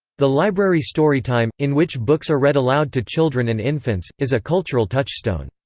the library storytime, in which books are read aloud to children and infants, is a cultural touchstone.